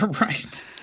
Right